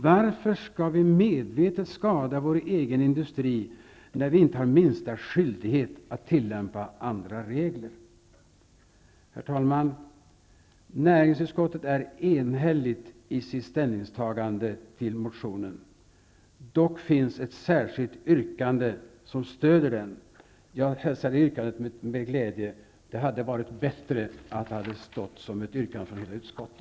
Varför skall vi medvetet skada vår egen industri, när vi inte har minsta skyldighet att tillämpa andra regler? Herr talman! Näringsutskottet är enhälligt i sitt ställningstagande till motionen. Dock finns det ett särskilt yrkande som stöder den. Jag hälsar det yrkandet med glädje. Det hade varit bättre att det hade stått som ett yrkande från utskottet.